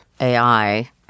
AI